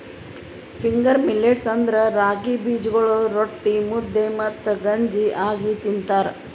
finger millets ಅಂದುರ್ ರಾಗಿ ಬೀಜಗೊಳ್ ರೊಟ್ಟಿ, ಮುದ್ದೆ ಮತ್ತ ಗಂಜಿ ಆಗಿ ತಿಂತಾರ